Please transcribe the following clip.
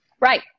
right